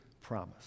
promise